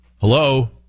Hello